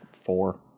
four